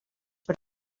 per